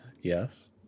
Yes